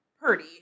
Purdy